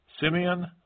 Simeon